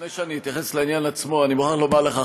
לפני שאני אתייחס לעניין עצמו אני מוכרח לומר לך,